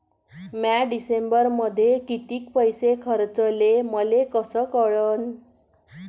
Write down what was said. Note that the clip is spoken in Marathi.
म्या डिसेंबरमध्ये कितीक पैसे खर्चले मले कस कळन?